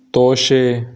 ਤੋਸ਼ੇ